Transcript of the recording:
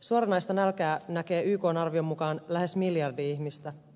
suoranaista nälkää näkee ykn arvion mukaan lähes miljardi ihmistä